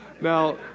Now